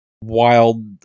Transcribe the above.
Wild